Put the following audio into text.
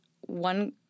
one